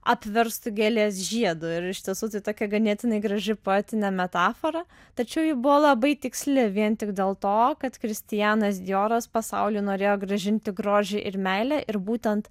apverstu gėlės žiedu ir iš tiesų tai tokia ganėtinai graži poetinė metafora tačiau ji buvo labai tiksli vien tik dėl to kad kristianas dioras pasauly norėjo grąžinti grožį ir meilę ir būtent